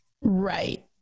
right